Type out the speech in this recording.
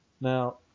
Now